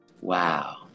wow